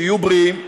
שיהיו בריאים,